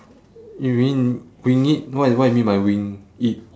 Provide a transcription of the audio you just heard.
you mean we need what what you mean by wing it